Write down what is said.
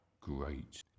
Great